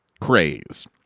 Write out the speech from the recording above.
craze